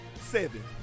seven